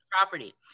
property